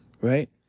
right